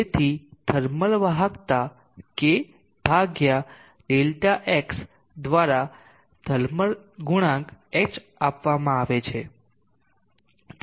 તેથીથર્મલ વાહકતા k Δx દ્વારા thermal ગુણાંક h આપવામાં આવે છે